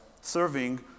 serving